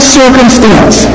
circumstance